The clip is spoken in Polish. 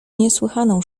niesłychaną